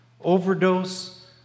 overdose